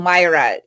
Myra